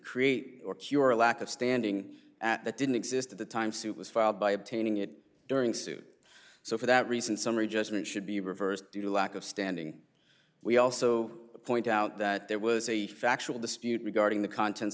create or cure a lack of standing at that didn't exist at the time suit was filed by obtaining it during suit so for that reason summary judgment should be reversed due to lack of standing we also point out that there was a factual dispute regarding the contents